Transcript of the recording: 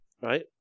right